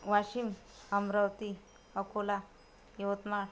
Washim Amravati Akola Yavatmal